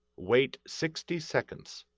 wait sixty seconds.